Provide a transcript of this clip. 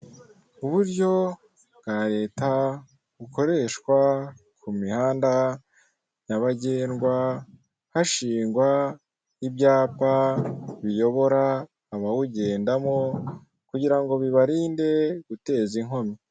Uburyo bwa leta bukoreshwa ku mihanda nyabagendwa hashingwa ibyapa biyobora abawugendamo kugira ngo bibarinde guteza inkomyi.